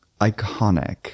iconic